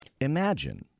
Imagine